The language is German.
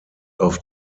auf